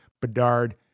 Bedard